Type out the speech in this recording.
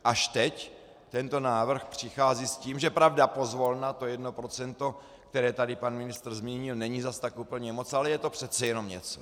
Až teď tento návrh přichází s tím, že, pravda, pozvolně 1 %, které tady pan ministr zmínil, není zase až tak úplně moc, ale je to přece jenom něco.